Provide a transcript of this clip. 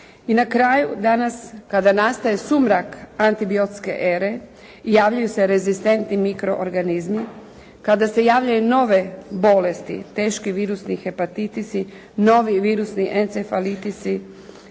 I na kraju danas, kada nastaju sumrak antibiotske ere, javljaju se rezistentni mikroorganizmi, kada se javljaju nove bolesti, teški virusni hepatitisi, novi virusni encefalitisi,